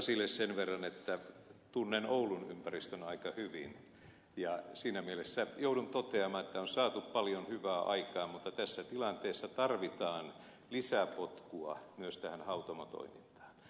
sasille sen verran että tunnen oulun ympäristön aika hyvin ja siinä mielessä joudun toteamaan että on saatu paljon hyvää aikaan mutta tässä tilanteessa tarvitaan lisäpotkua myös tähän hautomotoimintaan